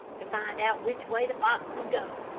to find out which way the fox was going.